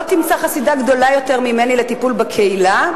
לא תמצא חסידה גדולה ממני לטיפול בקהילה,